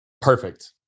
Perfect